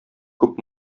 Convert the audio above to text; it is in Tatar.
күп